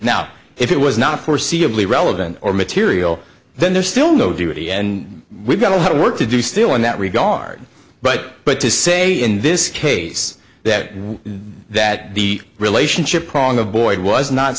now if it was not for c of lee relevant or material then there's still no duty and we've got a lot of work to do still in that regard but but to say in this case that that the relationship prong of boyd was not